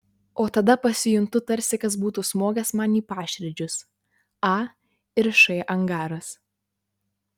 o tada pasijuntu tarsi kas būtų smogęs man į paširdžius a ir š angaras